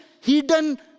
hidden